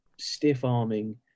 stiff-arming